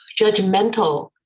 judgmental